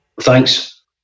thanks